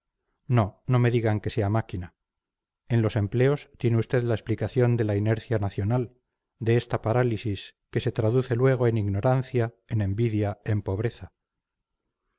no no me digan que sea máquina en los empleos tiene usted la explicación de la inercia nacional de esta parálisis que se traduce luego en ignorancia en envidia en pobreza